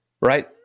right